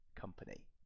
company